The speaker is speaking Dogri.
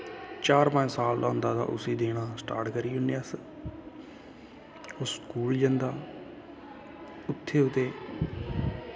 चार पंज साल दा होंदा तां उसी देना स्टार्ट करी ओड़ने अस ओह् स्कूल जंदा उत्थें ओह्दे